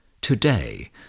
Today